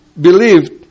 believed